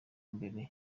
mbere